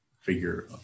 figure